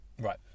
Right